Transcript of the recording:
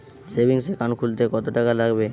Savings account খুলতে কতটাকা লাগবে?